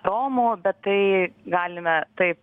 romų bet tai galime taip